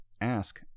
ask